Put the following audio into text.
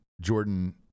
Jordan